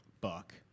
Buck